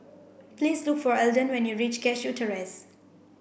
please look for Elden when you reach Cashew Terrace